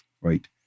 right